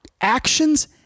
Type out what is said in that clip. actions